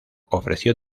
ofreció